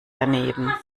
daneben